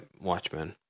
Watchmen